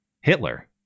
Hitler